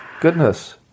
goodness